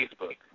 Facebook